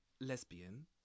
lesbian